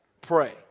Pray